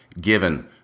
given